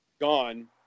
gone